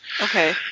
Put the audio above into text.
Okay